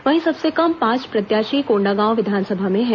वहीं सबसे कम पांच प्रत्याशी कोंडागांव विधानसभा में है